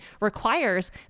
requires